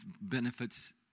benefits